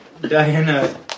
Diana